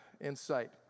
insight